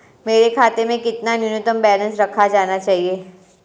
मेरे खाते में कितना न्यूनतम बैलेंस रखा जाना चाहिए?